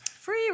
free